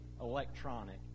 electronic